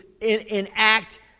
enact